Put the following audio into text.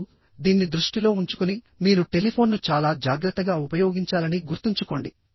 ఇప్పుడుదీన్ని దృష్టిలో ఉంచుకుని మీరు టెలిఫోన్ను చాలా జాగ్రత్తగా ఉపయోగించాలని గుర్తుంచుకోండి